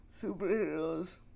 superheroes